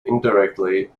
indirectly